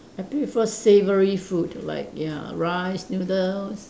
I prefer savoury food like ya rice noodles